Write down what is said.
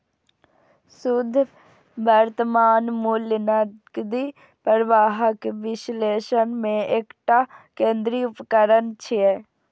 शुद्ध वर्तमान मूल्य नकदी प्रवाहक विश्लेषण मे एकटा केंद्रीय उपकरण छियै